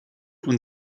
und